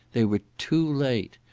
they were too late!